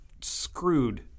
screwed